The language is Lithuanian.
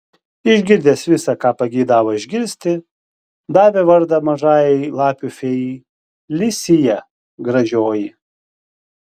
išgirdęs visa ką pageidavo išgirsti davė vardą mažajai lapių fėjai li sija gražioji